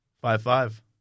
Five-five